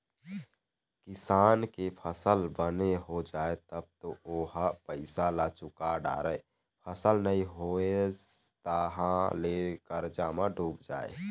किसान के फसल बने हो जाए तब तो ओ ह पइसा ल चूका डारय, फसल नइ होइस तहाँ ले करजा म डूब जाए